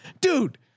dude